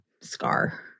scar